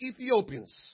Ethiopians